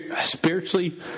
Spiritually